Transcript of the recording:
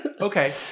Okay